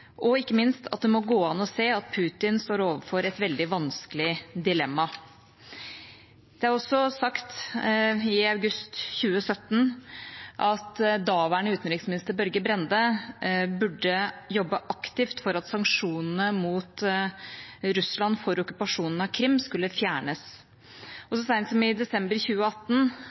og ikke minst at det måtte gå an å se at Putin sto overfor et veldig vanskelig dilemma. Det ble også sagt i august 2017 at daværende utenriksminister Børge Brende burde jobbe aktivt for at sanksjonene mot Russland for okkupasjonen av Krim skulle fjernes. Så sent som i desember 2018